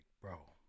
bro